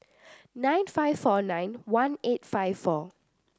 nine five four nine one eight five four